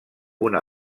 una